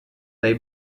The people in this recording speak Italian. dai